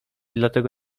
dlatego